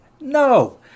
No